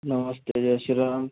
नमस्ते जय श्री राम